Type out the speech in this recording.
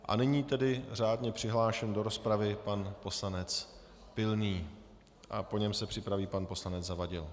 A nyní tedy řádně přihlášený do rozpravy, pan poslanec Pilný a po něm se připraví pan poslanec Zavadil.